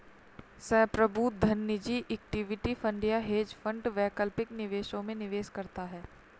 संप्रभु धन निजी इक्विटी फंड या हेज फंड वैकल्पिक निवेशों में निवेश करता है